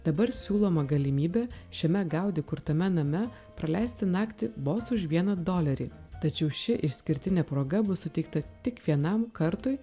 dabar siūloma galimybė šiame gaudi kurtame name praleisti naktį vos už vieną dolerį tačiau ši išskirtinė proga bus suteikta tik vienam kartui